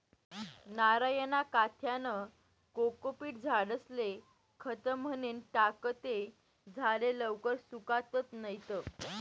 नारयना काथ्यानं कोकोपीट झाडेस्ले खत म्हनीन टाकं ते झाडे लवकर सुकातत नैत